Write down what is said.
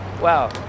wow